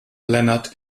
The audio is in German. lennart